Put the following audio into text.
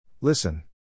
Listen